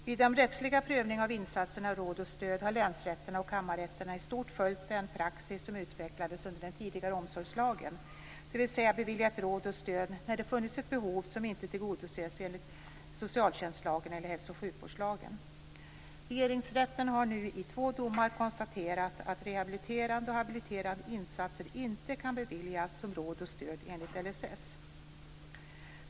Vid den rättsliga prövningen av insatserna råd och stöd har länsrätterna och kammarrätterna i stort följt den praxis som utvecklades under den tidigare omsorgslagen, dvs. man har beviljat råd och stöd när det har funnits ett behov som inte tillgodosetts enligt socialtjänstlagen eller hälsooch sjukvårdslagen. Regeringsrätten har nu i två domar konstaterat att rehabiliterande och habiliterande insatser inte kan beviljas som råd och stöd enligt LSS.